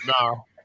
No